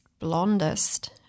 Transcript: blondest